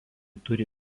turi